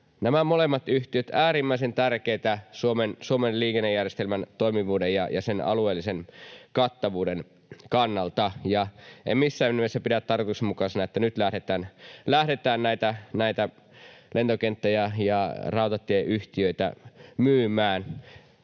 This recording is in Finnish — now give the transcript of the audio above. Nämä molemmat yhtiöt ovat äärimmäisen tärkeitä Suomen liikennejärjestelmän toimivuuden ja sen alueellisen kattavuuden kannalta. En missään nimessä pidä tarkoituksenmukaisena, että nyt lähdetään näitä lentokenttä- ja rautatieyhtiöitä myymään.